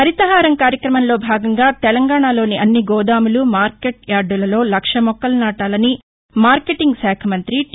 హరితహారం కార్యక్రమంలో భాగంగా తెలంగాణాలోని అన్ని గోదాములు మార్కెట్ యార్టులలో లక్ష మొక్కలు నాటాలని మార్కెంటింగ్ శాఖ మంతి టి